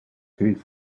his